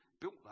built